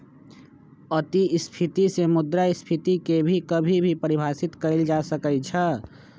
अतिस्फीती से मुद्रास्फीती के भी कभी कभी परिभाषित कइल जा सकई छ